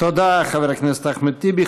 תודה, חבר הכנסת אחמד טיבי.